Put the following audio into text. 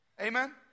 Amen